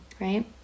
right